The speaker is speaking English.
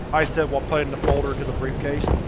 i said while putting the folder into the briefcase.